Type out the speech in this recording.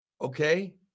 Okay